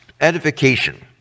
edification